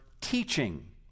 teaching